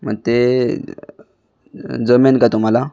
मग ते जमेन का तुम्हाला